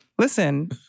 Listen